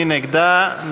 מי נגדה?